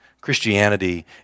Christianity